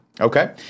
Okay